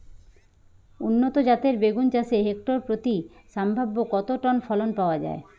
উন্নত জাতের বেগুন চাষে হেক্টর প্রতি সম্ভাব্য কত টন ফলন পাওয়া যায়?